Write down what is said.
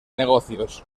negocios